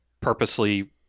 purposely